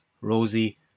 Rosie